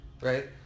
Right